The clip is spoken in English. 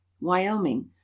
Wyoming